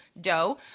dough